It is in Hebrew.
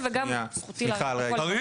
גם עכשיו אני לא משלם.